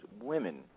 women